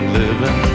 living